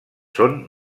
són